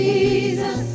Jesus